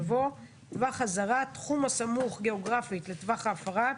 יבוא: ""טווח אזהרה" תחום הסמוך גאוגרפית לטווח ההפרה,